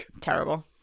Terrible